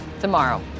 tomorrow